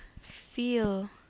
feel